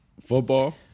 Football